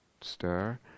stir